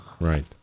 Right